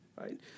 right